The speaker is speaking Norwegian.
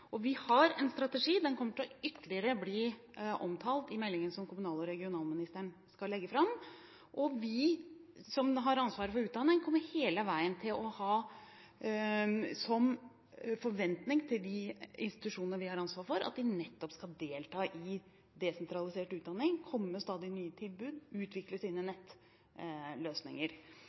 en strategi, og den kommer til å bli ytterligere omtalt i meldingen som kommunal- og regionalministeren skal legge fram. Vi som har ansvaret for utdanning, kommer hele veien til å ha som forventning til de institusjonene vi har ansvar for, at de nettopp skal delta i desentralisert utdanning, komme med stadig nye tilbud og utvikler sine nettløsninger.